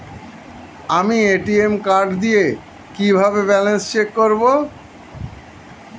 আমি ATM card দিয়ে কিভাবে ব্যালেন্স চেক করব?